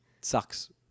Sucks